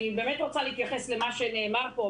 אני באמת רוצה להתייחס למה שנאמר פה,